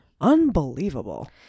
Unbelievable